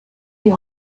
die